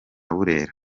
burera